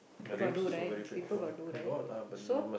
people got do right people got do right so